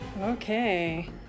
Okay